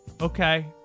Okay